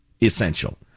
essential